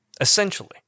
essentially